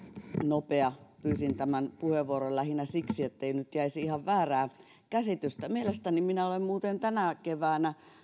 nopea pyysin tämän puheenvuoron lähinnä siksi ettei nyt jäisi ihan väärää käsitystä mielestäni minä olen muuten tänä keväänä